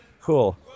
Cool